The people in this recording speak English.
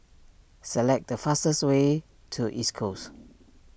select the fastest way to East Coast